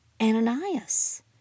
Ananias